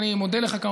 אני מודה לך מאוד,